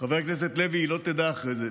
חבר הכנסת לוי, היא לא תדע אחרי זה.